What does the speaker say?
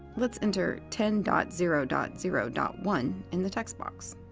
let's enter ten dot zero dot zero dot one in the text box.